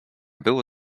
było